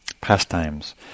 pastimes